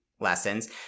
lessons